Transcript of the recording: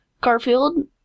Garfield